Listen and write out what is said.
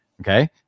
okay